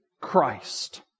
Christ